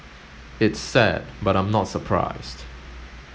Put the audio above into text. it's sad but I'm not surprised